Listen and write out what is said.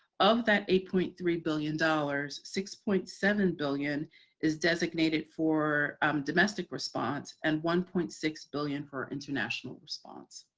of that eight point three billion dollars six point seven billion is designated for domestic response and one point six billion for international response.